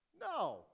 No